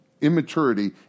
Immaturity